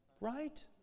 Right